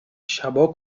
شبا